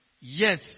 Yes